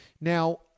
Now